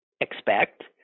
expect